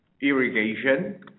irrigation